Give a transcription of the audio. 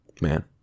man